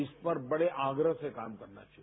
इस पर बडे आग्रह से काम करना चाहिए